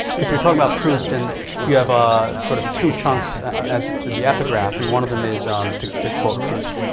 cause you're talking about proust and you have ah sort of two chunks as the epigraph and one of them is, um to to quote proust,